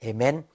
Amen